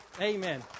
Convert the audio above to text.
Amen